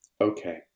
okay